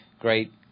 great